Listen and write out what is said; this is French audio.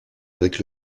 avec